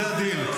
זה הדיל.